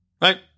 right